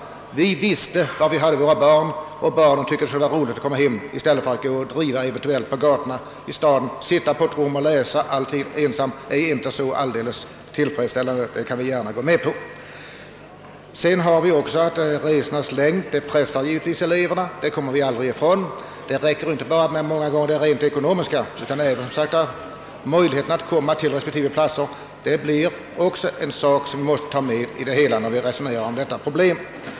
Vi skulle då veta var vi hade våra barn, och barnen skulle tycka att det vore roligt att få komma hem i stället för att gå och driva på gatorna eller sitta ensamma på ett rum och läsa — att detta inte är så roligt, kan vi nog alla förstå. Därtill kommer att de långa resorna pressar eleverna. Det räcker inte alla gånger med ett ekonomiskt stöd; det måste också finnas rent praktiska möjligheter att resa mellan skolan och hemmet. Även den saken måste komma med i diskussionen om dessa problem.